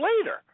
later